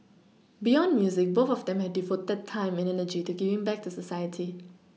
beyond music both of them have devoted time and energy to giving back to society